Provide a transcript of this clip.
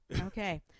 Okay